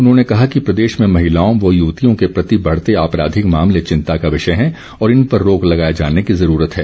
उन्होंने कहा कि प्रदेश में महिलाओं व युवतियों के प्रति बढते आपराधिक मामले चिंता का विषय हैं और इन पर रोक लगाए जाने की ज़रूरत है